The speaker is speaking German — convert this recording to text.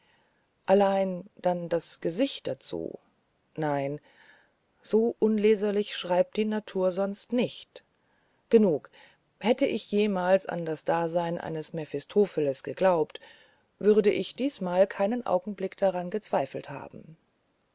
allein dann das gesicht dazu nein so unleserlich schreibt die natur sonst nicht genug hätte ich jemals an das dasein eines mephistopheles geglaubt wurde ich diesmal keinen augenblick daran gezweifelt haben